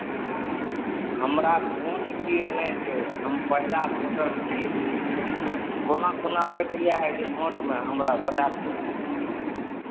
हमरा भोट गिरेनाइ छै हम पहिला भोटर छियै कोना कोना प्रक्रिया होइ छै भोटमे हमरा बता दिअ